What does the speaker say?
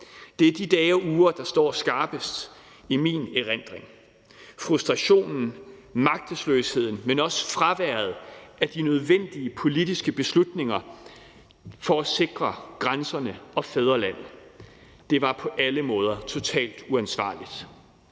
Det er de dage og uger, der står skarpest i min erindring – frustrationen, magtesløsheden, men også fraværet af de nødvendige politiske beslutninger for at sikre grænserne og fædrelandet. Det var på alle måder totalt uansvarligt.